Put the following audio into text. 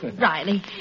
Riley